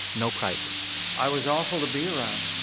no prizes i was awful to be around.